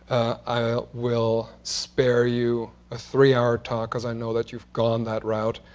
i will spare you a three-hour talk, because i know that you've gone that route.